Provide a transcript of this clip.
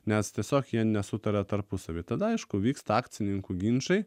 nes tiesiog jie nesutaria tarpusavy tada aišku vyksta akcininkų ginčai